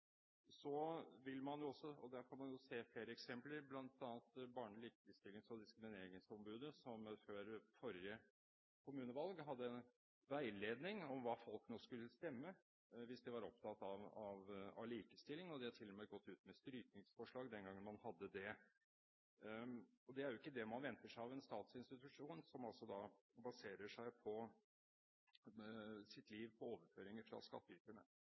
og det kan man se flere eksempler på, bl.a. likestillings- og diskrimineringsombudet, som før forrige kommunevalg hadde veiledning om hva folk skulle stemme hvis de var opptatt av likestilling, og de har til og med gått ut med strykningsforslag den gang man hadde det – er det ikke det man venter seg av en institusjon som baserer sitt liv på overføringer fra